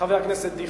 חבר הכנסת דיכטר.